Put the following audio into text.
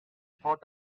thought